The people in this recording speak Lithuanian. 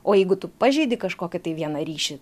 o jeigu tu pažeidi kažkokį tai vieną ryšį